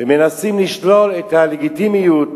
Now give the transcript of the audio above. ומנסים לשלול את הלגיטימיות,